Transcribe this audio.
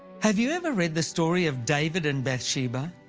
have you ever read the story of david and bathsheba?